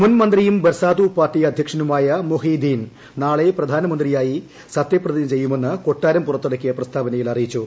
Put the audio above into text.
മുൻമന്ത്രിയും Bersatu party അധ്യക്ഷനുമായ Muhyiddin നാളെ പ്രധാനമന്ത്രിയായി സത്യപ്രതിജ്ഞ ചെയ്യുമെന്ന് കൊട്ടാരം പുറത്തിറക്കിയ പ്രസ്താവനയിൽ അറിയിച്ചു